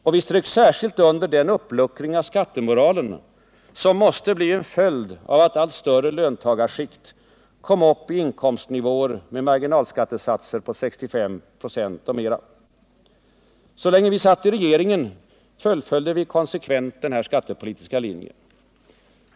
Vi strök särskilt under den uppluckring av skattemoralen som måste bli en följd av att allt större löntagarskikt kom upp i inkomstnivåer med marginalskattesatser på 65 926 och mera. Så länge vi satt i regeringen fullföljde vi konsekvent den här skattepolitiska linjen.